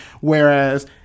whereas